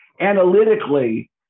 analytically